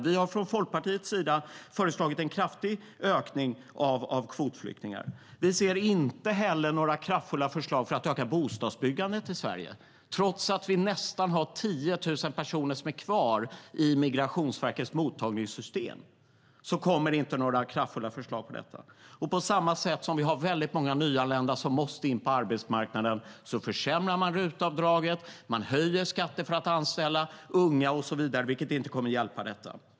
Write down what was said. Vi har från Folkpartiets sida föreslagit en kraftig ökning av kvotflyktingar. Vi ser inte heller några kraftfulla förslag för att öka bostadsbyggandet i Sverige. Trots att vi har nästan 10 000 personer som är kvar i Migrationsverkets mottagningssystem kommer det inte några kraftfulla förslag om detta. På samma sätt har vi många nyanlända som måste in på arbetsmarknaden, och man försämrar då RUT-avdraget, höjer skatten för att anställa unga och så vidare, vilket inte kommer att hjälpa detta.